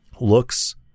Looks